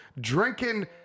drinking